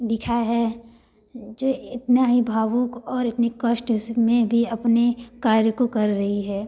लिखा है जो इतना ही भावुक और इतनी कष्ट में भी अपने कार्य को कर रही है